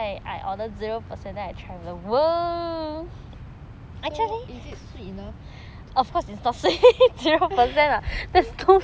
actually so is it sweet enough